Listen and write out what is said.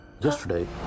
Yesterday